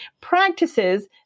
practices